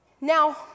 Now